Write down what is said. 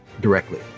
directly